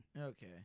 okay